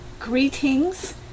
Greetings